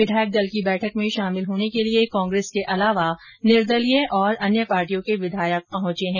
विधायक देल की बैठक में शामिल होने के लिए कांग्रेस के अलावा निदर्लीय तथा अन्य पार्टियों के विधायक पहुंचे हैं